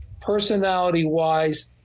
personality-wise